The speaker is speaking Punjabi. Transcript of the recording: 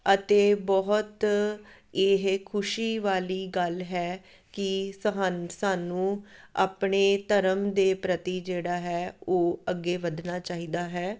ਅਤੇ ਬਹੁਤ ਇਹ ਖੁਸ਼ੀ ਵਾਲੀ ਗੱਲ ਹੈ ਕਿ ਸਹਾਨ ਸਾਨੂੰ ਆਪਣੇ ਧਰਮ ਦੇ ਪ੍ਰਤੀ ਜਿਹੜਾ ਹੈ ਉਹ ਅੱਗੇ ਵਧਣਾ ਚਾਹੀਦਾ ਹੈ